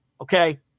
okay